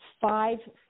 five